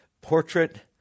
Portrait